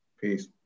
Peace